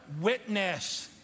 witness